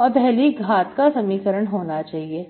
और पहली घाट का समीकरण होना चाहिए